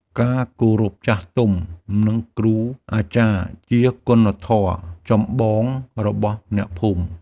ការគោរពចាស់ទុំ និងគ្រូអាចារ្យ ជាគុណធម៌ចម្បងរបស់អ្នកភូមិ។